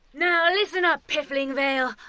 now listen up, piffling vale.